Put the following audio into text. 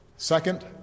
Second